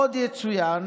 עוד יצוין